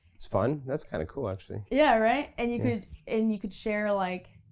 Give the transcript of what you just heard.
that's fun, that's kinda cool, actually. yeah, right, and you could and you could share like,